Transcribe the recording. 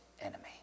enemy